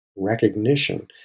recognition